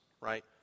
right